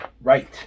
right